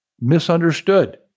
misunderstood